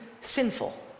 sinful